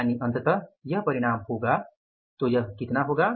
यानि अंततः यह परिणाम होगा तो यह कितना होगा